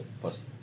plus